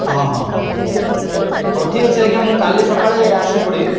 ହଁ ହଁ ହଁ ହଉ ଠିକ୍ ଅଛି ଆଜ୍ଞା ମୁଁ କାଲି ସକାଳେ ଆସି ପଡ଼ିବି